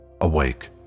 Awake